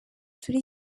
turi